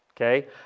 okay